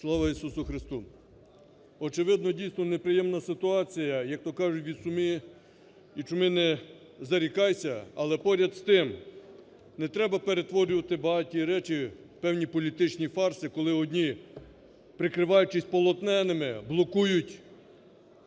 Слава Ісусу Христу! Очевидно, дійсно неприємна ситуація, як-то кажуть, від суми і чуми не зарікайся. Але поряд з тим, не треба перетворювати багаті речі в певні політичні фарси, коли одні, прикриваючись полоненими, блокують